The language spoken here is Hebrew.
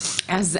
אני